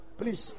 please